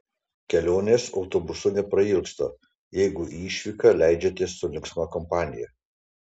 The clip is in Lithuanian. kelionės autobusu neprailgsta jeigu į išvyką leidžiatės su linksma kompanija